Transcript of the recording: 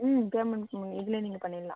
ம் பேமென்ட்டுக்கும் இதுலையே நீங்கள் பண்ணிடலாம்